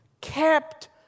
kept